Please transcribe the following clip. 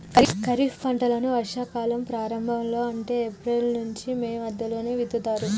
ఖరీఫ్ పంటలను వర్షా కాలం ప్రారంభం లో అంటే ఏప్రిల్ నుంచి మే మధ్యలో విత్తుతరు